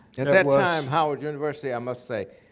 and that time, howard university, i must say.